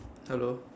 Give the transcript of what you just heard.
hello